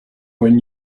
when